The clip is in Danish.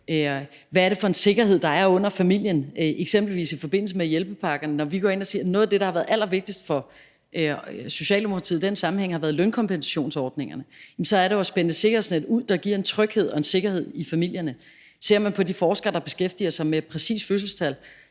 hvad det er for en sikkerhed, der er under familien eksempelvis i forbindelse med hjælpepakkerne. Når vi går ind og siger, at noget af det, der har været allervigtigst for Socialdemokratiet i den sammenhæng, har været lønkompensationsordningerne, så er det jo at spænde et sikkerhedsnet ud, der giver en tryghed og en sikkerhed i familierne. Ser man på de forskere, der beskæftiger sig med fødselstal,